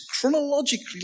chronologically